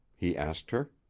he asked her.